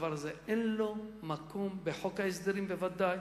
שלדבר הזה אין מקום בחוק ההסדרים בוודאי,